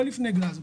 לא לפני גלזגו.